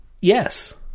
Yes